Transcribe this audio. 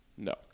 No